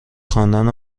خواندن